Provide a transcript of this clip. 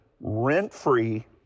rent-free